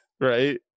right